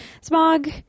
smog